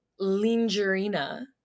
Lingerina